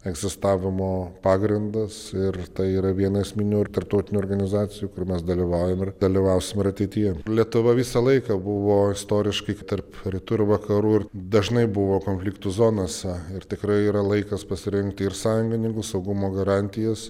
egzistavimo pagrindas ir tai yra viena esminių ir tarptautinių organizacijų kur mes dalyvaujam ir dalyvausim ir ateityje lietuva visą laiką buvo istoriškai tarp rytų ir vakarų ir dažnai buvo konfliktų zonose ir tikrai yra laikas pasirengti ir sąjungininkų saugumo garantijas